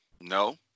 No